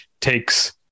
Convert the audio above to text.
takes